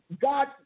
God